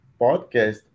podcast